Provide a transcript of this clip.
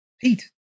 Pete